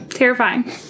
Terrifying